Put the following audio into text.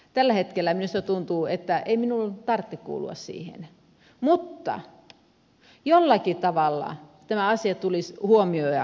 tällä hetkellä minusta tuntuu että ei minun tarvitse kuulua siihen mutta jollakin tavalla tämä asia tulisi huomioida